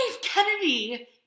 Kennedy